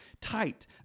tight